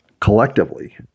collectively